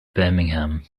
birmingham